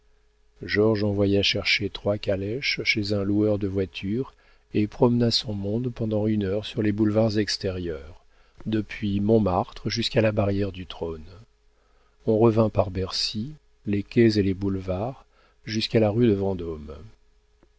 envoya chercher trois calèches chez un loueur de voitures et promena son monde pendant une heure sur les boulevards extérieurs depuis montmartre jusqu'à la barrière du trône on revint par bercy les quais et les boulevards jusqu'à la rue de vendôme